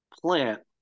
plant